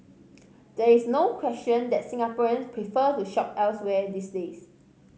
there is no question that Singaporeans prefer to shop elsewhere these days